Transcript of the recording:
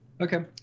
Okay